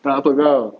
tak apa kau